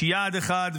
יש יעד אחד,